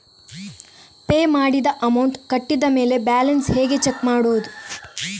Pay ಮಾಡಿದ amount ಕಟ್ಟಿದ ಮೇಲೆ ಬ್ಯಾಲೆನ್ಸ್ ಹೇಗೆ ಚೆಕ್ ಮಾಡುವುದು?